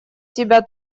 тебя